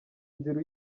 nzira